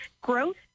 growth